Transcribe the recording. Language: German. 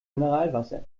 mineralwasser